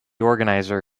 organizer